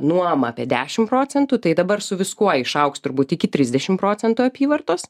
nuomą apie dešim procentų tai dabar su viskuo išaugs turbūt iki trisdešim procentų apyvartos